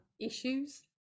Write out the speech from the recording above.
issues